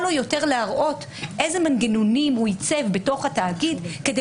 יותר להראות איזה מנגנונים הוא עיצב בתוך התאגיד כדי